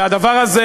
והדבר הזה